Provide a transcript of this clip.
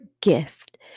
gift